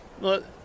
Look